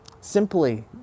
Simply